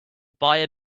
buyer